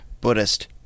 Buddhist